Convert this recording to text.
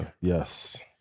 Yes